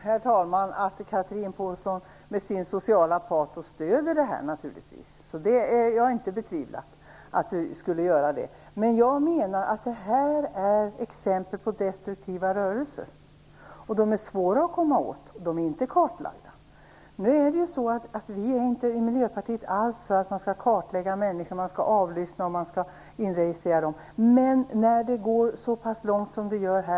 Herr talman! Jag förstår att Chatrine Pålsson med sitt sociala patos naturligtvis stöder det här. Det har jag inte betvivlat. Men jag menar att det här är exempel på destruktiva rörelser; de är svåra att komma åt, och de är inte kartlagda. Vi i Miljöpartiet är inte alls för att man skall kartlägga människor, avlyssna och registrera dem. Men det är en annan sak när det går så långt som det gör här.